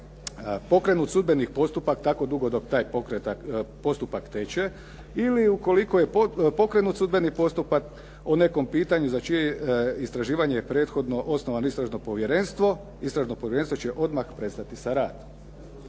pokrenut sudbeni postupak tako dugo dok taj postupak teče ili ukoliko je pokrenut sudbeni postupak o nekom pitanju za čije je istraživanje prethodno osnovano istražno povjerenstvo, istražno povjerenstvo će odmah prestati sa radom."